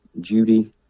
Judy